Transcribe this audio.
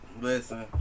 Listen